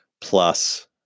plus